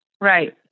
Right